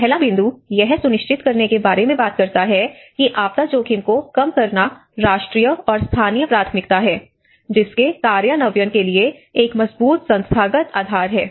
पहला बिंदु यह सुनिश्चित करने के बारे में बात करता है कि आपदा जोखिम को कम करना राष्ट्रीय और स्थानीय प्राथमिकता है जिसके कार्यान्वयन के लिए एक मजबूत संस्थागत आधार है